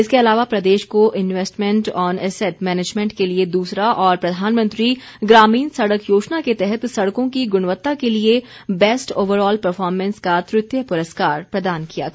इसके अलावा प्रदेश को इन्वेस्टमेंट ऑन एसेट मैनेजमेंट के लिए दूसरा और प्रधानमंत्री ग्रामीण सड़क योजना के तहत सड़कों की ग्रणवत्ता के लिए बैस्ट ओवर ऑल परफॉरमेंस का तृतीय पुरस्कार प्रदान किया गया